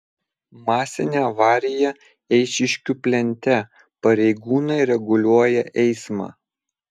masinė avarija eišiškių plente pareigūnai reguliuoja eismą